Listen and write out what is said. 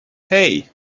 hey